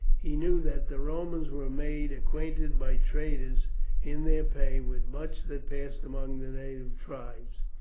he knew that the romans were made acquainted, by traitors in their pay, with much that passed among the native tribes,